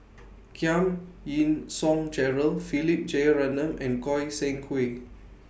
Giam Yean Song Gerald Philip Jeyaretnam and Goi Seng Hui